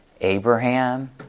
Abraham